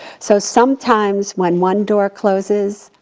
so sometimes when one door closes,